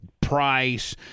Price